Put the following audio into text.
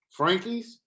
frankies